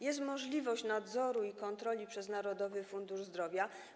Jest możliwość nadzoru i kontroli przez Narodowy Fundusz Zdrowia.